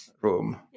room